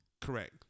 Correct